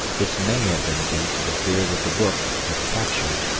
this may have been due to the fear that the book, if captured,